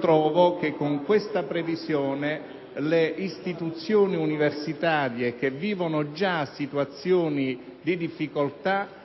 Trovo che con questa previsione le istituzioni universitarie che vivono già situazioni di difficoltà